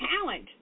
talent